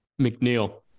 McNeil